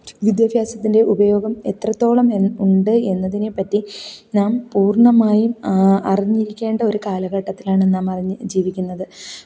വിദ്യാഭ്യാസത്തിന്റെ ഉപയോഗം എത്രത്തോളം എൻ ഉണ്ട് എന്നതിനെപ്പറ്റി നാം പൂര്ണ്ണമായും അറിഞ്ഞിരിക്കേണ്ട ഒരു കാലഘട്ടത്തിലാണ് നമ്മൾ ഇന്ന് ജീവിക്കുന്നത്